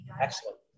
Excellent